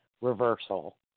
reversal